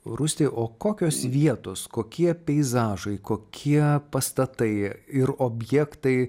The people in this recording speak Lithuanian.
rūsti o kokios vietos kokie peizažai kokie pastatai ir objektai